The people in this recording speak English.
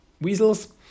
weasels